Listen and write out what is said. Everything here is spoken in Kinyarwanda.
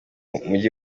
umujyi